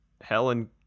helen